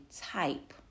type